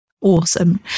awesome